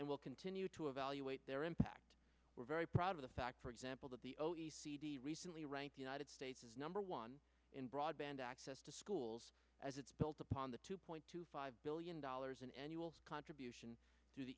and we'll continue to evaluate their impact we're very proud of the fact for example that the o e c d recently ranked united states as number one in broadband access to schools as it's built upon the two point two five billion dollars in annual contribution to the